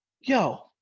yo